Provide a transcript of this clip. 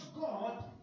God